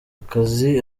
akazi